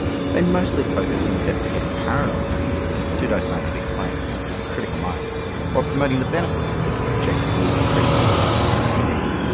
they mostly focus on and investigating paranormal and pseudo scientific claims with a critical mind while promoting the benefits of thinking objectively, critically and scientifically.